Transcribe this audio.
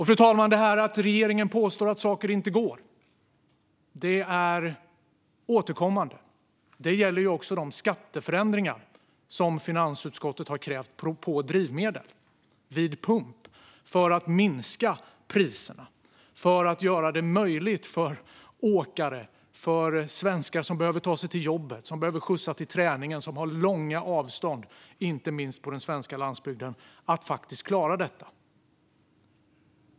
Fru talman! Det här att regeringen påstår att saker inte går är återkommande. Det gäller också de skatteförändringar som finansutskottet har krävt på drivmedel vid pump för att sänka priserna och göra det möjligt för åkare och för svenskar som behöver ta sig till jobbet och skjutsa till träningen och har långa avstånd, inte minst på den svenska landsbygden, att faktiskt klara detta.